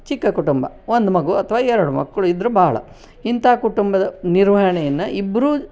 ಚಿಕ್ಕ ಕುಟುಂಬ ಒಂದು ಮಗು ಅಥ್ವಾ ಎರಡು ಮಕ್ಕಳು ಇದ್ರೆ ಭಾಳ ಇಂಥಾ ಕುಟುಂಬದ ನಿರ್ವಹಣೆಯನ್ನು ಇಬ್ಬರೂ